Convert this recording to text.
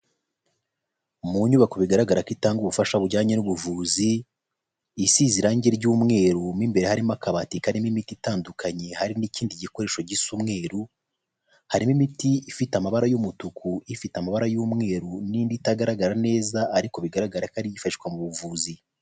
Mu nyubako bigaragara ko itanga ubufasha bujyanye n'ubuvuzi isize irangi ry'umwe imbere harimo akabati karimo imiti itandukanye hari n'ikindi gikoresho gisa umweru harimo imiti ifite amabara y'umutuku ifite amabara y'umweru n'indi itagaragara neza ariko bigaragara ko ari ifashishwa mu buvuzi.